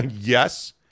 Yes